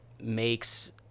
makes